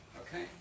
okay